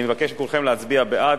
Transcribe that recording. אני מבקש מכולכם להצביע בעד,